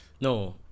No